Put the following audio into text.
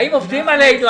האם עובדים עלינו?